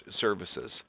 Services